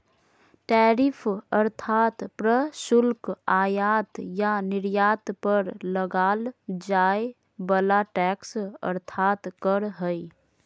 tariff अर्थात् प्रशुल्क आयात या निर्यात पर लगाल जाय वला टैक्स अर्थात् कर हइ